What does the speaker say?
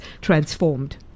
transformed